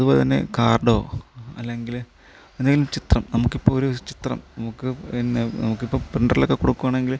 അതുപോലെ തന്നെ കാർഡോ അല്ലെങ്കില് എന്തെങ്കിലും ചിത്രം നമുക്കിപ്പോൾ ഒരു ചിത്രം നമുക്ക് പിന്നെ നമുക്ക് ഇപ്പോൾ പ്രിൻറ്ററിലൊക്കെ കൊടുക്കുവാണെങ്കില്